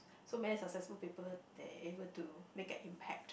so many successful people they able to make an impact